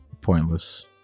pointless